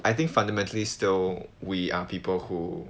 I think fundamentally still we are people who